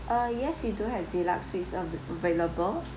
uh yes we do have deluxe suites av~ available